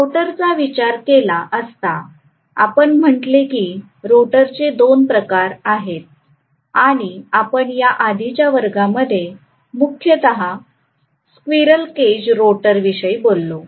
रोटरचा विचार केला असता आपण म्हटले की रोटरचे दोन प्रकार आहेत आणि आपण या आधीच्या वर्गामध्ये मुख्यतः स्क्विरल केज रोटर विषयी बोललो